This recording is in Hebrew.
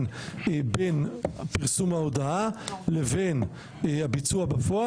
בין פרסום ההודעה לבין הביצוע בפועל.